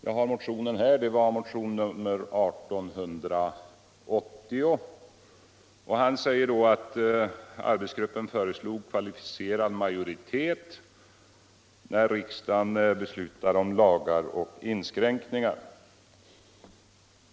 Jag har motionen här — det är motionen 1880. Herr Ahlmark säger att arbetsgruppen föreslog kvalificerad majoritet när riksdagen beslutar om lagar och inskränkningar.